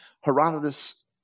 Herodotus